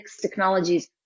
technologies